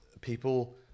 people